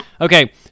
Okay